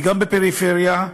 וגם בפריפריה,